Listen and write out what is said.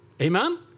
Amen